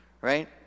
right